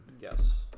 yes